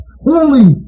holy